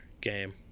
game